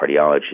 cardiology